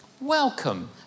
welcome